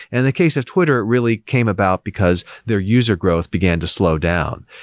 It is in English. and the case of twitter really came about because their user growth began to slow down,